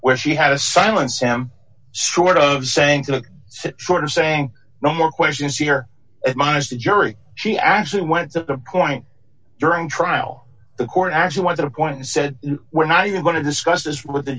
where she had a silenced him short of saying to sit short of saying no more questions here at minus the jury she actually went to the point during trial the court actually wanted a point and said we're not even going to discuss this with the